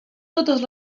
totes